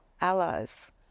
allies